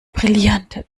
brillanter